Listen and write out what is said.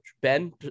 Ben